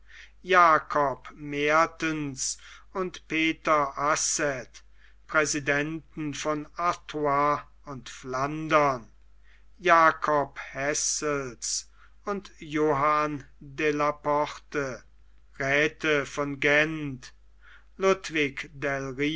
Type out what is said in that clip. jacob mertens und peter asset präsidenten von artois und flandern jacob hesselts und johann de la porte räthe von gent ludwig del